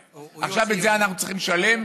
עכשיו, את זה אנחנו צריכים לשלם?